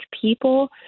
people